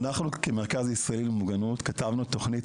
אנחנו כמרכז הישראלי למוגנות כתבנו תוכנית